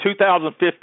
2015